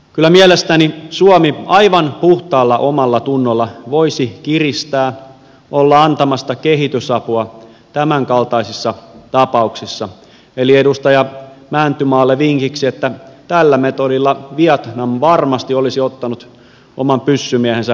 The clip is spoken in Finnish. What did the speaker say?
kyllä mielestäni suomi aivan puhtaalla omallatunnolla voisi kiristää olla antamatta kehitysapua tämänkaltaisissa tapauksissa edustaja mäntymaalle vinkiksi että tällä metodilla vietnam varmasti olisi ottanut oman pyssymiehensä takaisin vietnamiin